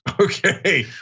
Okay